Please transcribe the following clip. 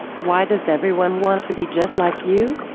why does everyone want to be just like you?